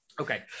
Okay